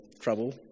trouble